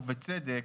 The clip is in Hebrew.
ובצדק,